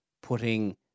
putting